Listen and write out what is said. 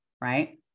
right